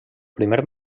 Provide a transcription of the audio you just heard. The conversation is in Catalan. primer